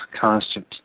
constant